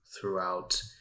throughout